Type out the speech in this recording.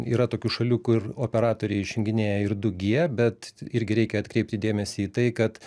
yra tokių šalių kur operatoriai išjunginėja ir du gie bet irgi reikia atkreipti dėmesį į tai kad